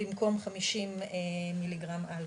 במקום 50 מ"ג אלכוהול.